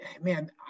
man